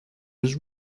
was